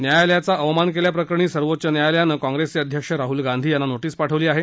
न्यायालयाचा अवमान केल्याप्रकरणी सर्वोच्च न्यायालयानं काँप्रेसचे अध्यक्ष राहुल गांधी यांना नोटीस पाठवली आहे